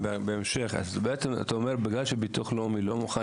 בעצם אתה אומר שבגלל שביטוח לאומי לא מוכן